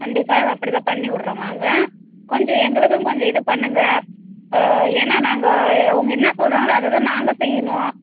கண்டிப்பாக அப்படித்தான் பண்ணிவிட்றோம் வாங்க கொஞ்சம் எங்களுக்கும் கொஞ்சம் இது பண்ணுங்க ஏன்னால் நாங்கள் அவங்க என்ன சொல்கிறாங்களோ அதை தான் நாங்கள் செய்யணும்